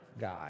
guy